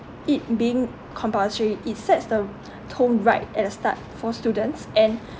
it being compulsory it sets the tone right at the start for students and